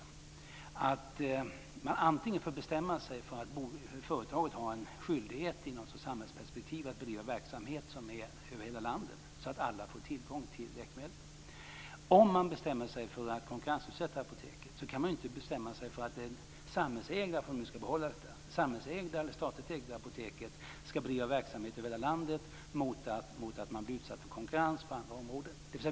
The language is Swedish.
Man får t.ex. bestämma sig för att företaget har en skyldighet i ett samhällsperspektiv att bedriva en verksamhet över hela landet så att alla får tillgång till läkemedel. Om man bestämmer sig för att konkurrensutsätta apoteken kan man inte bestämma sig för att det samhällsägda apoteket om man nu skall behålla detta skall bedriva verksamhet över hela landet mot att man blir utsatt för konkurrens på andra områden.